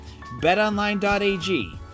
BetOnline.ag